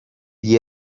gli